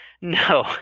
No